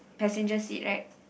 passenger seat right